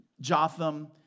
Jotham